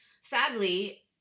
sadly